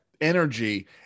energy